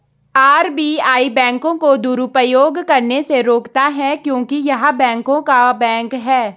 RBI बैंकों को दुरुपयोग करने से रोकता हैं क्योंकि य़ह बैंकों का बैंक हैं